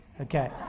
Okay